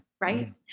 Right